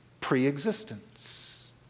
pre-existence